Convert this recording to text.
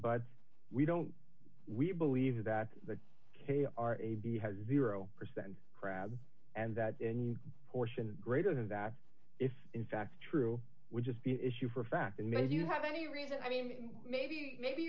but we don't we believe that the k r a b has zero percent crab and that portion greater than that if in fact true would just be an issue for a fact and maybe you have any reason i mean maybe maybe